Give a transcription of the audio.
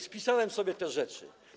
Spisałem sobie te rzeczy.